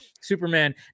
Superman